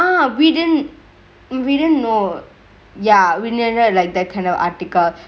we didn't we didn't know ya we need that like that kind of article